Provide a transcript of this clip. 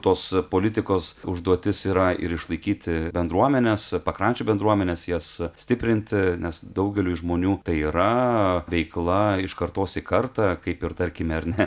tos politikos užduotis yra ir išlaikyti bendruomenes pakrančių bendruomenes jas stiprinti nes daugeliui žmonių tai yra veikla iš kartos į kartą kaip ir tarkime ar ne